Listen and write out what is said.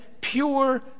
pure